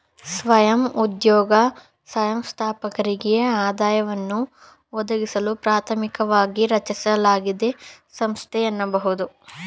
ಸ್ವಯಂ ಉದ್ಯೋಗ ಸಂಸ್ಥಾಪಕರಿಗೆ ಆದಾಯವನ್ನ ಒದಗಿಸಲು ಪ್ರಾಥಮಿಕವಾಗಿ ರಚಿಸಲಾದ ಸಂಸ್ಥೆ ಎನ್ನಬಹುದು